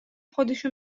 خودشو